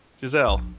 Giselle